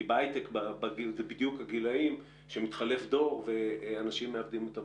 כי בהייטק זה בדיוק הגילים שמתחלף דור ואנשים מאבדים את עבודתם.